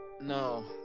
No